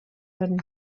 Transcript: würden